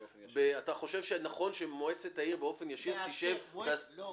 והאם אתה חושב שנכון שמועצת העיר באופן ישיר תשב --- תאשר.